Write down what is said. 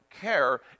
care